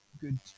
good